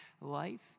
life